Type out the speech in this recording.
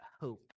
hope